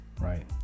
right